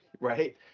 right